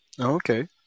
Okay